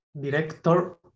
director